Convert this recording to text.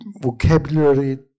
vocabulary